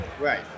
Right